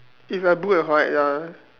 it's the blue and white ya